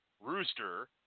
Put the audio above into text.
rooster